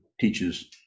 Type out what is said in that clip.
teaches